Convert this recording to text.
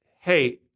hey